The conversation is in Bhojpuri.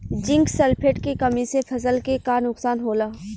जिंक सल्फेट के कमी से फसल के का नुकसान होला?